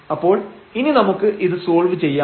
അപ്പോൾ ഇനി നമുക്ക് ഇത് സോൾവ് ചെയ്യാം